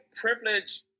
privilege